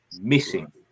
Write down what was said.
Missing